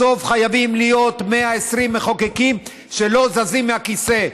בסוף חייבים להיות 120 מחוקקים שלא זזים מהכיסא.